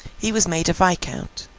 he was made a viscount,